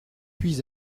puis